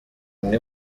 bimwe